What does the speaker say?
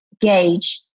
gauge